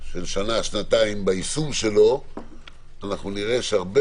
לאחר שנה-שנתיים שבהן החוק מיושם נראה שהרבה